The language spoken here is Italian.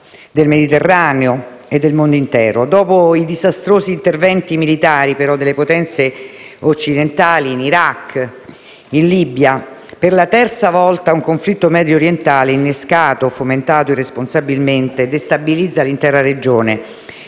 del Mediterraneo e del mondo intero. Dopo i disastrosi interventi militari delle potenze occidentali in Iraq e in Libia, per la terza volta un conflitto mediorientale, innescato e fomentato irresponsabilmente, destabilizza l'intera regione